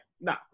no